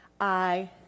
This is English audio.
I